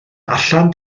allan